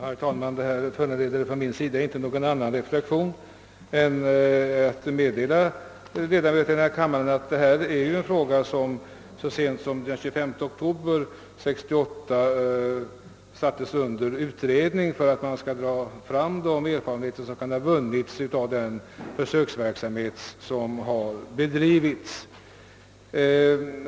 Herr talman! De här synpunkterna föranleder inte någon annan reflexion från min sida än att jag vill meddela kammaren att den aktuella frågan så sent som den 25 oktober 1968 gjordes till föremål för utredning för att få fram de erfarenheter som kan ha vunnits av den hittillsvarande försöksverksamheten.